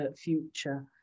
future